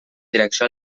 direcció